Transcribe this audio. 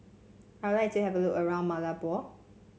I would like to have a look around Malabo